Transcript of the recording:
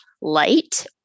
light